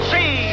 See